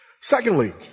Secondly